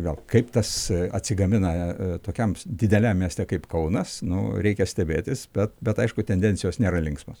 gal kaip tas atsigamina tokiam dideliam mieste kaip kaunas nu reikia stebėtis bet bet aišku tendencijos nėra linksmos